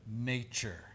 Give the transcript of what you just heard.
Nature